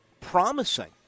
promising